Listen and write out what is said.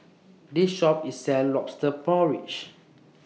This Shop IS sells Lobster Porridge